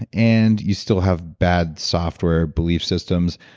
and you still have bad software belief systems,